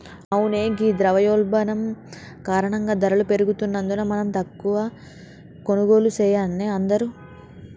అవునే ఘీ ద్రవయోల్బణం కారణంగా ధరలు పెరుగుతున్నందున మనం తక్కువ కొనుగోళ్లు సెయాన్నే అందరూ